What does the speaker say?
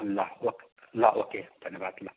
ल ओके ल ओके धन्यवाद ल